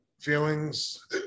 feelings